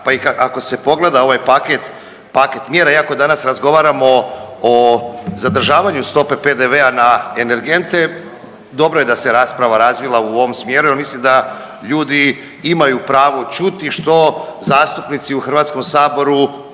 pa i ako se pogleda ovaj paket, paket mjera iako danas razgovaramo o zadržavanju stope PDV-a na energente dobro je da se rasprava javila u ovom smjeru jer mislim da ljudi imaju pravo čuti što zastupnici u Hrvatskom saboru